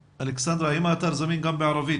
אלכסנדרה, האם האתר זמין גם בערבית?